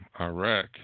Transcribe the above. Iraq